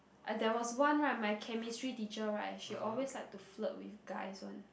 I there was one right my chemistry teacher right she always like to flirt with guys one